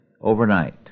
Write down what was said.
overnight